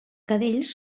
cadells